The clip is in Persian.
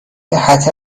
صحت